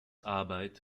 arbeit